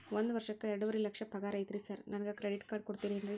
ಒಂದ್ ವರ್ಷಕ್ಕ ಎರಡುವರಿ ಲಕ್ಷ ಪಗಾರ ಐತ್ರಿ ಸಾರ್ ನನ್ಗ ಕ್ರೆಡಿಟ್ ಕಾರ್ಡ್ ಕೊಡ್ತೇರೆನ್ರಿ?